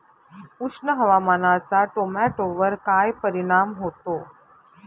उष्ण हवामानाचा टोमॅटोवर काय परिणाम होतो?